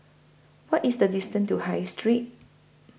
What IS The distance to High Street